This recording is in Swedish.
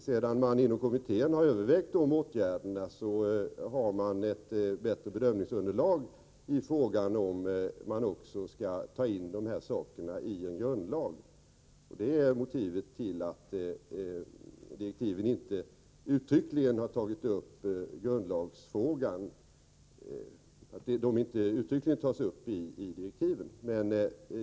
Sedan kommittén har övervägt sådana åtgärder har man ett bättre bedömningsunderlag i frågan om huruvida man också skall ta in de här sakerna i en grundlag. Detta är motivet till att grundlagsfrågan inte uttryckligen tas upp i direktiven.